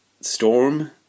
storm